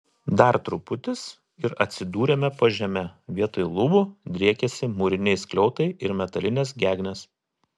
dar truputis ir atsidūrėme po žeme vietoj lubų driekėsi mūriniai skliautai ir metalinės gegnės